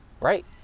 right